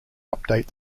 update